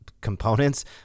components